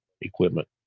equipment